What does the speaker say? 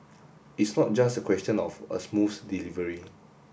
it's not just a question of a smooth delivery